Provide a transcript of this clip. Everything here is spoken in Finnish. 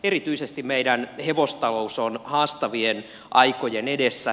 erityisesti meidän hevostalous on haastavien aikojen edessä